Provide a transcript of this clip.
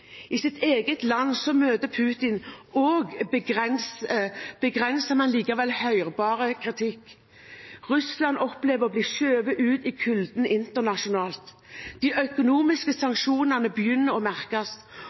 I sitt eget land møter Putin begrenset, men likevel hørbar kritikk. Russland opplever internasjonalt å bli skjøvet ut i kulden. De økonomiske sanksjonene begynner å merkes,